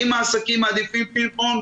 אם העסקים מעדיפים פינג פונג,